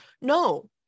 no